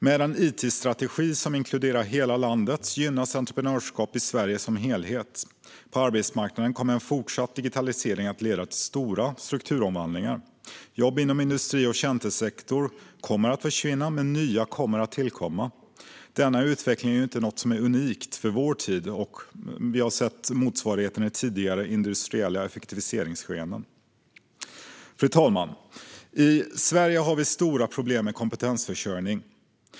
Med en it-strategi som inkluderar hela landet gynnas entreprenörskap i Sverige som helhet. På arbetsmarknaden kommer en fortsatt digitalisering att leda till stora strukturomvandlingar. Jobb inom industrin och tjänstesektorn kommer att försvinna och nya kommer att tillkomma. Denna utveckling är inte unik för vår tid; vi har sett motsvarigheter i tidigare industriella effektiviseringsskeenden. Fru talman! I Sverige har vi stora problem med kompetensförsörjning.